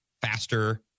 faster